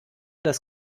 das